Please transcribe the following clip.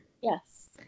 Yes